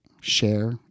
share